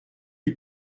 you